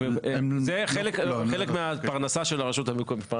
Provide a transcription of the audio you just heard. זה חלק מהפרנסה של הרשות המקומית.